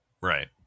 Right